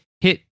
Hit